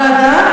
ועדת משנה.